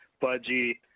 budgie